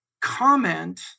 Comment